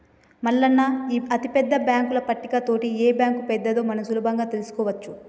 మల్లన్న ఈ అతిపెద్ద బాంకుల పట్టిక తోటి ఏ బాంకు పెద్దదో మనం సులభంగా తెలుసుకోవచ్చు